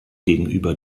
gegenüber